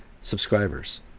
subscribers